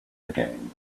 again